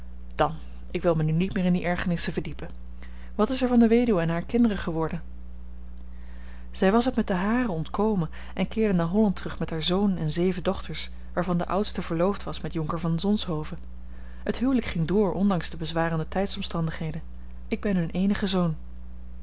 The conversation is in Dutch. dan ik wil mij nu niet meer in die ergernissen verdiepen wat is er van de weduwe en hare kinderen geworden zij was het met de haren ontkomen en keerde naar holland terug met haar zoon en zeven dochters waarvan de oudste verloofd was met jonker van zonshoven het huwelijk ging door ondanks de bezwarende tijdsomstandigheden ik ben hun eenigen zoon